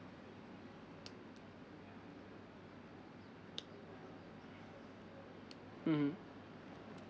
mmhmm